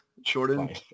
Jordan